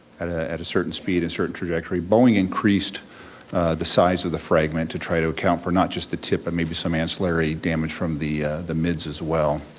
at ah a certain speed and certain trajectory. boeing increased the size of the fragment to try to account for not just the tip, but maybe some ancillary damage from the the mids as well.